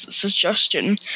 suggestion